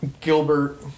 Gilbert